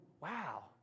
wow